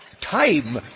time